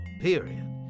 period